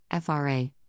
FRA